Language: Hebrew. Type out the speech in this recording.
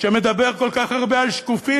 שמדבר כל כך הרבה על שקופים.